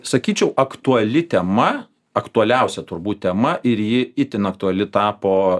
sakyčiau aktuali tema aktualiausia turbūt tema ir ji itin aktuali tapo